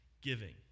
giving